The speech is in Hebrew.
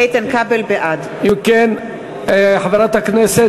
אם כן, חברת הכנסת